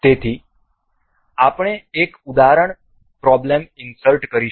તેથી આપણે એક ઉદાહરણ પ્રોબ્લેમ ઇન્સર્ટ કરીશું